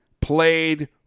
played